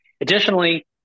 Additionally